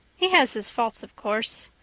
he has his faults of course.